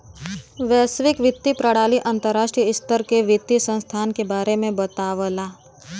वैश्विक वित्तीय प्रणाली अंतर्राष्ट्रीय स्तर के वित्तीय संस्थान के बारे में बतावला